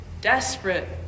desperate